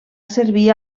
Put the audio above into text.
servir